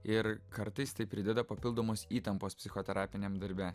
ir kartais tai prideda papildomos įtampos psichoterapiniam darbe